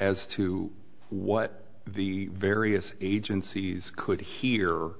as to what the various agencies could hear